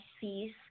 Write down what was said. sees